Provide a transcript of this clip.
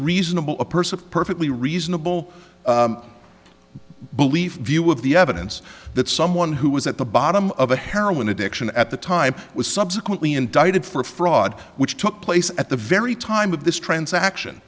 reasonable a purse of perfectly reasonable belief view of the evidence that someone who was at the bottom of a heroin addiction at the time was subsequently indicted for fraud which took place at the very time of this transaction